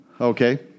Okay